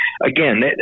again